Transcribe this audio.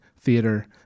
theater